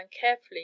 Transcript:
carefully